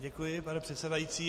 Děkuji, pane předsedající.